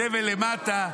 זבל למטה,